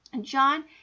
John